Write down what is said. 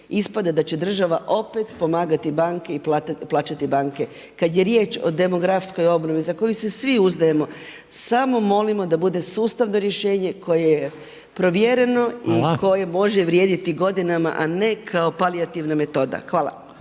ispada da će država opet pomagati banke i plaćati banke. Kada je riječ o demografskoj obnovi za koju se svi uzdajemo samo molimo da bude sustavno rješenje koje je provjereno i koje može vrijediti godinama a ne kao palijativna metoda. Hvala.